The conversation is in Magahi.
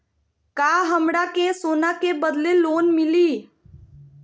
का हमरा के सोना के बदले लोन मिलि?